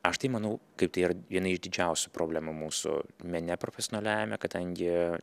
aš tai manau kaip tai yra viena iš didžiausių problemų mūsų mene profesionaliajame kadangi